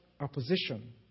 opposition